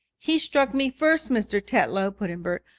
he struck me first, mr. tetlow, put in bert.